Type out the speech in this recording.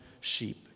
sheep